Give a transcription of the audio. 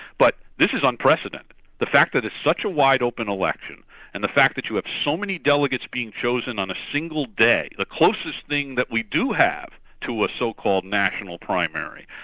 but this is unprecedented the that it's such a wide-open election and the fact that you have so many delegates being chosen on a single day, the closest thing that we do have to a so-called national primary,